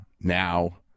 Now